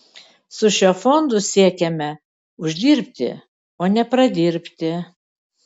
su šiuo fondu siekiame uždirbti o ne pradirbti